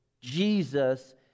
Jesus